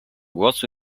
głosu